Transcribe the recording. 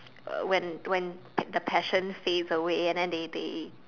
uh when when pa~ the passion fades away and then they they